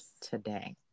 today